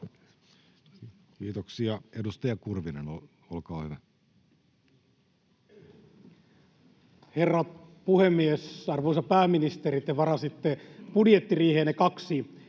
Kiitoksia. — Edustaja Kurvinen, olkaa hyvä. Herra puhemies! Arvoisa pääministeri, te varasitte budjettiriiheenne kaksi